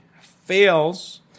fails